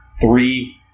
three